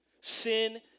Sin